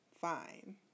fine